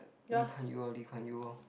Lee Kuan Yew lor Lee Kuan Yew